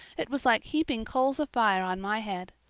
it was like heaping coals of fire on my head.